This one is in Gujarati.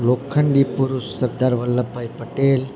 લોખંડી પુરુષ સરદાર વલ્લભભાઈ પટેલ